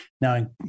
now